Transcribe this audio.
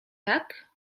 tak